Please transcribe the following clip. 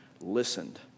listened